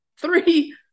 three